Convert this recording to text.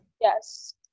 Yes